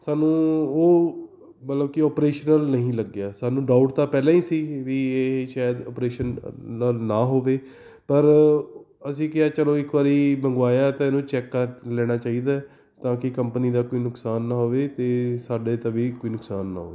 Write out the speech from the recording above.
ਸਾਨੂੰ ਉਹ ਮਤਲਬ ਕੀ ਆਪਰੇਸ਼ਨਲ ਨਹੀਂ ਲੱਗਿਆ ਸਾਨੂੰ ਡਾਊਟ ਤਾਂ ਪਹਿਲਾਂ ਹੀ ਸੀ ਵੀ ਇਹ ਸ਼ਾਇਦ ਆਪਰੇਸ਼ਨਲ ਨਾ ਹੋਵੇ ਪਰ ਅਸੀਂ ਕਿਹਾ ਚੱਲੋ ਇੱਕ ਵਾਰੀ ਮੰਗਵਾਇਆ ਤਾਂ ਇਹਨੂੰ ਚੈੱਕ ਕਰ ਲੈਣਾ ਚਾਹੀਦਾ ਤਾਂ ਕਿ ਕੰਪਨੀ ਦਾ ਕੋਈ ਨੁਕਸਾਨ ਨਾ ਹੋਵੇ ਅਤੇ ਸਾਡੇ ਤਾਂ ਵੀ ਕੋਈ ਨੁਕਸਾਨ ਨਾ ਹੋਵੇ